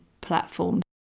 platform